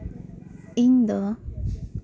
ᱤᱧ ᱫᱚ